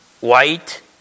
white